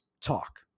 talk